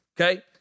okay